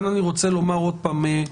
אני רוצה לומר עוד פעם,